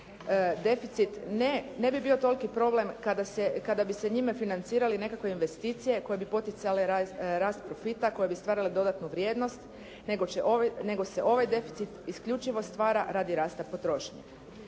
ne bi bio toliki problem kada bi se njime financirali nekakve investicije koje bi poticale rast profita, koje bi stvarale dodatnu vrijednost, nego se ovaj deficit isključivo stvara radi rasta potrošnje.